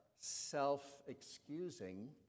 self-excusing